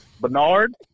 Bernard